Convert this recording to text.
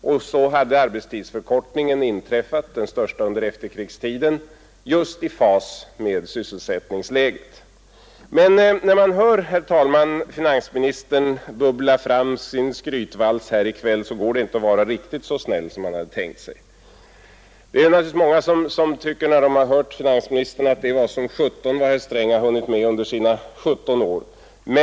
Och så hade arbetstidsförkortningen inträffat, den största under efterkrigstiden, just i fas med sysselsättningsläget. Men när man i kväll hör finansministern bubbla fram sin skrytvals går det inte att vara så snäll som man hade tänkt sig. Det är många som tycker, när de hör finansministern: Det var som sjutton vad herr Sträng har hunnit med under sina sjutton år!